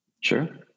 Sure